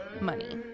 money